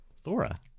Thora